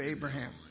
Abraham